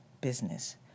business